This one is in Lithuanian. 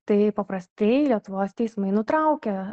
tai paprastai lietuvos teismai nutraukia